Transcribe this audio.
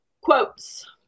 quotes